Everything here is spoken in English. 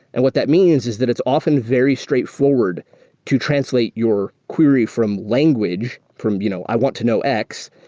and what that means is that it's often very straightforward to translate your query from language from, you know i want to know x,